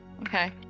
Okay